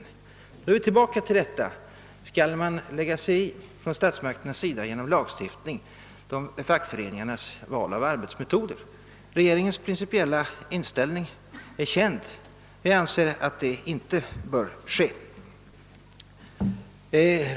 Nu är vi tillbaka till frågan, om statsmakterna skall genom lagstiftning lägga sig i fackföreningarnas val av arbetsmetoder. Regeringens principiella inställning är känd: regeringen anser att det inte bör ske.